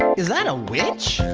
is that a witch?